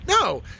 No